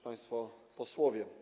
Państwo Posłowie!